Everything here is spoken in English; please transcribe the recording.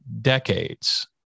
decades